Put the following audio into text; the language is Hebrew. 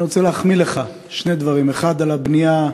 אני רוצה להחמיא לך על שני דברים: 1. על הבנייה,